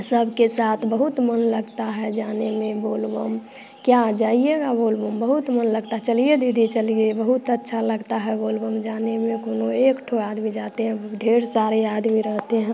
सबके साथ बहुत मन लगता है जाने में बोल बम क्या जाइए न बोल बम बहुत मन लगता है चलिए दीदी चलिए बहुत अच्छा लगता है बोल बम जाने में कोनो एक ठो आदमी जाते हैं ढेर सारे आदमी रहते हैं